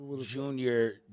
Junior